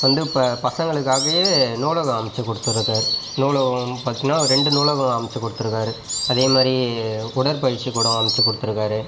வந்து இப்போ பசங்களுக்காகவே நூலகம் அமச்சு கொடுத்துருக்காரு நூலகம் பார்தீங்கன்னா ஒரு ரெண்டு நூலகம் அமச்சு கொடுத்துருக்காரு அதேமாதிரி உடற்பயிற்சி கூடம் அமச்சு கொடுத்துருக்காரு